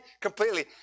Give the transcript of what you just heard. completely